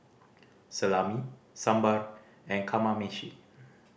Salami Sambar and Kamameshi